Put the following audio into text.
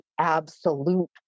absolute